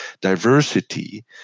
Diversity